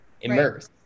immerse